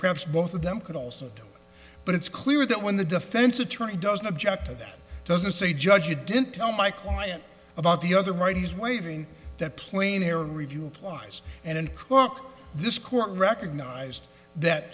perhaps both of them could also but it's clear that when the defense attorney doesn't object to that doesn't say judge you didn't tell my client about the other righties waving that plane here a review applies and look this court recognized that